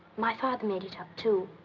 my father made it up too.